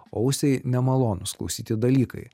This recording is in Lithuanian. ausiai nemalonūs klausyti dalykai